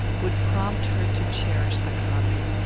would prompt her to cherish the copy,